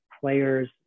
players